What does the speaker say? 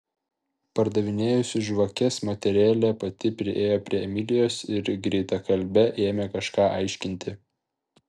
pardavinėjusi žvakes moterėlė pati priėjo prie emilijos ir greitakalbe ėmė kažką aiškinti